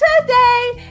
today